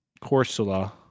Corsula